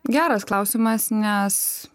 geras klausimas nes